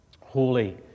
Holy